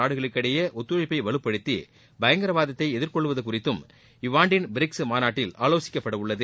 நாடுகளுக்கிடையே ஒத்துழைப்பை வலுப்படுத்தி பயங்கரவாதத்தை எதிர்கொள்வது குறித்தும் உறப்பு இவ்வாண்டின் பிரிக்ஸ் மாநாட்டில் ஆலோசிக்கப்படவுள்ளது